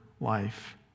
life